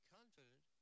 confident